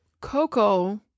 coco